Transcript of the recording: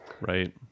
Right